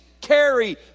carry